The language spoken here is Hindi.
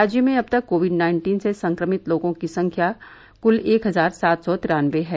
राज्य में अब तक कोविड नाइन्टीन से संक्रमित लोगों की संख्या कुल एक हजार सात सौ तिरानबे हैं